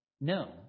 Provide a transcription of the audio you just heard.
No